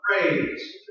praise